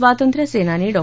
स्वातंत्र्य सेनानी डॉ